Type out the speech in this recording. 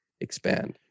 expand